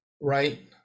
right